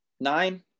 Nine